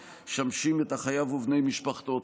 שמשמשים את החייב ובני משפחתו.